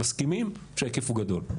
מסכימים שההיקף הוא גדול,